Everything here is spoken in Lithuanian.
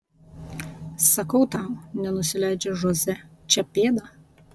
sakau tau nenusileidžia žoze čia pėda